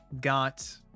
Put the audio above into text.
got